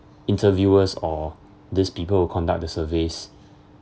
interviewers or these people who conduct the surveys